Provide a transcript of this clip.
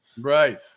right